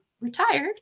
retired